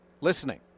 listening